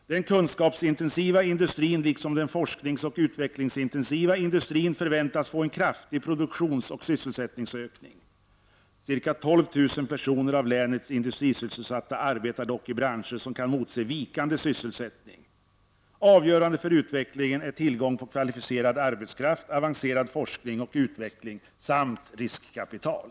Den kunskapsintensiva industrin liksom den forskningsoch utvecklingsintensiva industrin förväntas få en kraftig produktionsoch sysselsättningsökning. Ca 12 000 personer av länets industrisysselsatta arbetar dock i branscher som kan emotse vikande sysselsättning. Avgörande för utvecklingen är tillgång på kvalificerad arbetskraft, avancerad forskning och utveckling samt riskkapital.